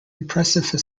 impressive